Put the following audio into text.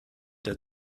der